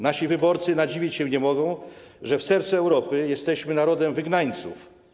Nasi wyborcy nadziwić się nie mogą, że w sercu Europy jesteśmy narodem wygnańców.